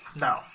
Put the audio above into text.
No